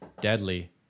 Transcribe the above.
deadly